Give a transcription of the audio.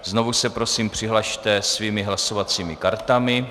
Znovu se prosím přihlaste svými hlasovacími kartami.